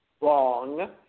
wrong